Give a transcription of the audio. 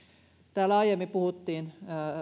täällä aiemmin puhuttiin